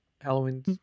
Halloween